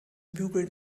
bügeln